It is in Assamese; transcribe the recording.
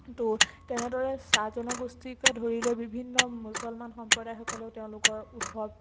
তো তেনেদৰে চাহ জনগোষ্ঠীকে ধৰি লৈ বিভিন্ন মুচলমান সম্প্ৰদায়সকলেও তেওঁলোকৰ উৎসৱ